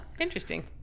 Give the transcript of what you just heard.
interesting